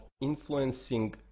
influencing